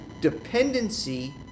dependency